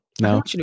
No